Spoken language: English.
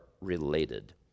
related